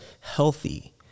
healthy